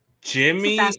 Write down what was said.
Jimmy